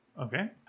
Okay